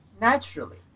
naturally